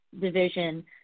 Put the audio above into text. division